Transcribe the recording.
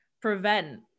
prevent